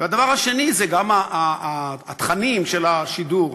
והדבר השני זה התכנים של השידור.